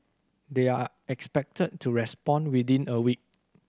they are expected to respond within a week